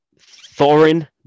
Thorin